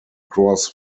cross